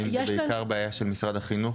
האם זה בעיקר בעיה של משרד החינוך?